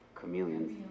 chameleons